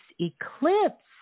eclipse